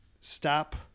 stop